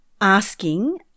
asking